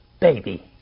baby